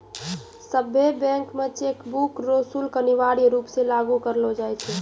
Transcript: सभ्भे बैंक मे चेकबुक रो शुल्क अनिवार्य रूप से लागू करलो जाय छै